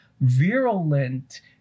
virulent